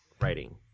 writing